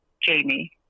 Jamie